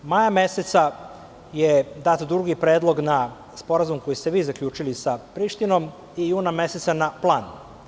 Maja meseca je dat drugi predlog na Sporazum koji ste vi zaključili sa Prištinom i juna meseca na plan.